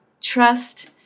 trust